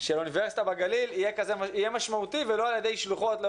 של אוניברסיטה בגליל יהיה משמעותי ולא על ידי שלוחות.